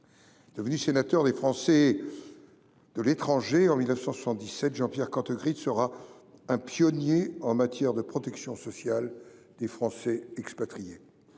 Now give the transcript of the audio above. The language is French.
Devenu sénateur des Français de l’étranger, en 1977, Jean Pierre Cantegrit sera un pionnier en matière de protection sociale des Français expatriés.